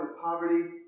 poverty